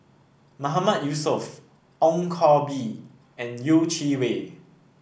Mahmood Yusof Ong Koh Bee and Yeh Chi Wei